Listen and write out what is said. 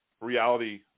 reality